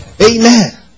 Amen